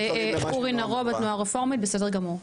אז אורי נרוב התנועה הרפורמית בסדר גמור.